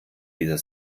dieser